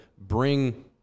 bring